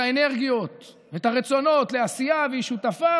האנרגיות ואת הרצונות לעשייה והיא שותפה,